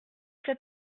cet